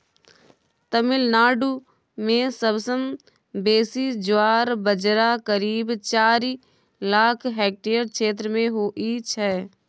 तमिलनाडु मे सबसँ बेसी ज्वार बजरा करीब चारि लाख हेक्टेयर क्षेत्र मे होइ छै